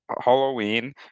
Halloween